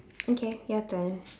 okay your turn